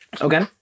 Okay